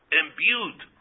imbued